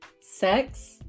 sex